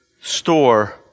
store